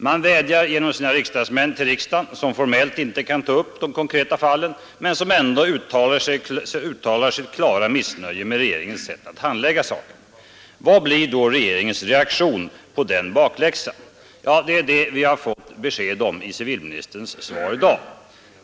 De vädjar genom sina riksdagsmän till riksdagen, som formellt inte kan ta upp de konkreta fallen men som ändå uttalar sitt klara missnöje med regeringens sätt att handlägga saken. Vad blir då regeringens reaktion på den bakläxan? Ja, det är det vi har fått besked om i civilministerns svar i dag.